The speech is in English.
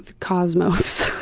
cosmos.